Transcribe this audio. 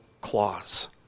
clause